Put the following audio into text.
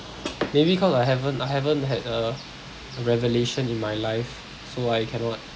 maybe cause I haven't I haven't had a a revelation in my life so I cannot